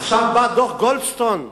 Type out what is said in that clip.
עכשיו בא דוח גולדסטון ואומר,